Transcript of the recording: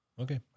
Okay